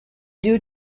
due